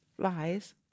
Flies